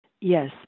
Yes